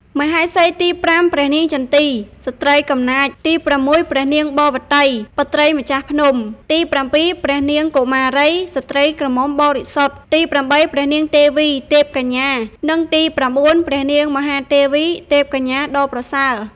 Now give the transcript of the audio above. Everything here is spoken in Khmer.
មហេសីទី៥ ព្រះនាងចន្ទី (ស្ត្រីកំណាច) ទី៦ ព្រះនាងបវ៌តី (បុត្រីម្ចាស់ភ្នំ) ទី៧ ព្រះនាងកុមារី (ស្ត្រីក្រមុំបរិសុទ្ធ) ទី៨ ព្រះនាងទេវី (ទេពកញ្ញា) និងទី៩ ព្រះនាងមហាទេវី (ទេពកញ្ញាដ៏ប្រសើរ)។